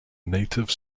native